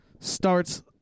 starts